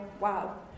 wow